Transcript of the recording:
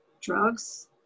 drugs